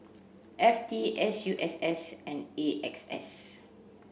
F T S U S S and A X S